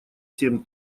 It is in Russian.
семь